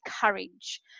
courage